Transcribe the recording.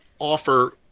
offer